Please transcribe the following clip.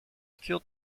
curt